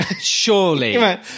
surely